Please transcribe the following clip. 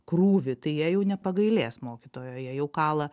krūvį tai jie jau nepagailės mokytojo jie jau kala